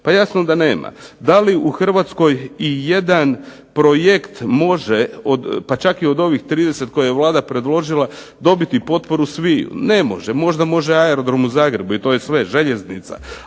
Pa jasno da nema da li u Hrvatskoj ijedan projekt može, pa čak i od ovih 30 koje je Vlada predložila dobiti potporu svih? Ne može. Možda može aerodrom u Zagrebu i to je sve, željeznica,